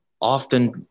often